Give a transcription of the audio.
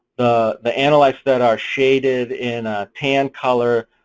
the analytes that are shaded in a tan color,